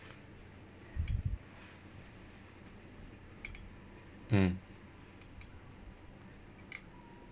mm